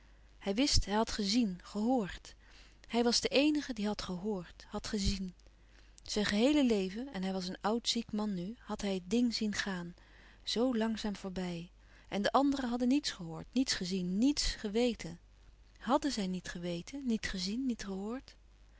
hij wist hij had gezien gehoord hij was de eenige die had gehoord had gezien zijn geheele leven en hij was een oud ziek man nu had hij het ding zien gaan zoo langzaam voorbij en de anderen hadden niets gehoord niets gezien nets geweten hàdden zij niet geweten niet gezien niet gehoord